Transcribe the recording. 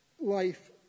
life